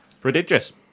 Prodigious